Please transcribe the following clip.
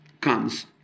comes